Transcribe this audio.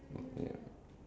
ya